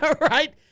right